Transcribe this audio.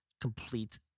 complete